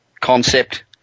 Concept